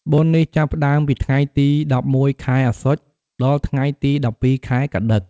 បុណ្យនេះចាប់ផ្ដើមពីថ្ងៃទី ១១ ខែអស្សុច ដល់ថ្ងៃទី១២ ខែកត្តិក ។